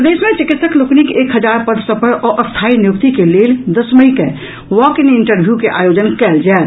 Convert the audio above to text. प्रदेश मे चिकित्सक लोकनिक एक हजार पद सभ पर अस्थायी नियुक्ति के लेल दस मई के वॉक इन इंटरव्यू के आयोजन कयल जायत